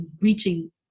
reaching